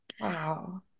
Wow